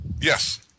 Yes